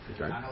Okay